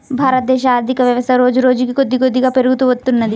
భారతదేశ ఆర్ధికవ్యవస్థ రోజురోజుకీ కొద్దికొద్దిగా పెరుగుతూ వత్తున్నది